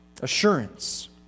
Assurance